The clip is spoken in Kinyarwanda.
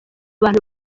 abantu